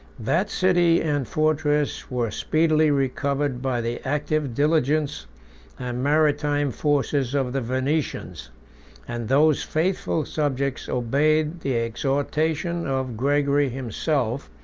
that city and fortress were speedily recovered by the active diligence and maritime forces of the venetians and those faithful subjects obeyed the exhortation of gregory himself,